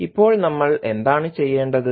ഇപ്പോൾ നമ്മൾ എന്താണ് ചെയ്യേണ്ടത്